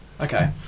Okay